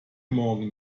morgen